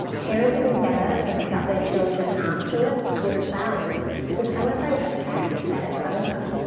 parents will gather to pick up their children afterwards with flowers to celebrate the fact that it's over.